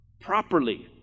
properly